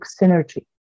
synergy